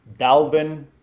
Dalvin